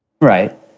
Right